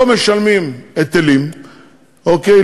לא משלמים היטלים, אוקיי?